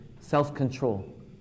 self-control